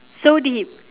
so deep